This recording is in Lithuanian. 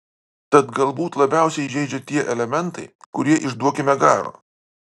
tad galbūt labiausiai žeidžia tie elementai kurie iš duokime garo